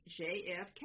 JFK